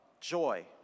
joy